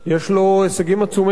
יש לו הישגים עצומים,